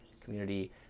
community